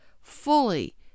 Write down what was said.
fully